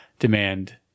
demand